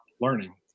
learning